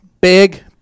Big